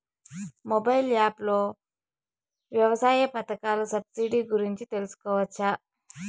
Mobile app లో వ్యవసాయ పథకాల సబ్సిడి గురించి తెలుసుకోవచ్చా?